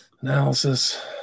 analysis